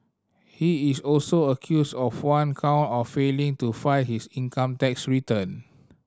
he is also accused of one count of failing to file his income tax return